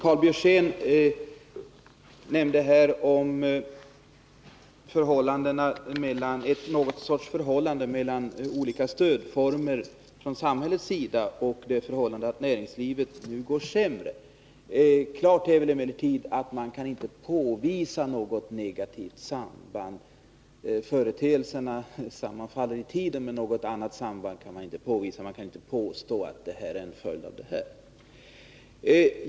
Fru talman! Karl Björzén talade här om något slags förhållande mellan olika stödformer från samhällets sida och det faktum att näringslivet nu går sämre. Klart är emellertid att man inte kan påvisa något sådant negativt samband. Företeelserna sammanfaller i tiden, men något annat samband finns inte. Man kan inte påstå att det ena är en följd av det andra.